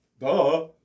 Duh